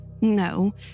No